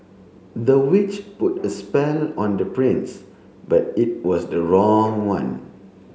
the witch put a spell on the prince but it was the wrong one